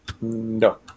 No